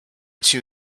two